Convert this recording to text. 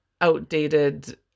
outdated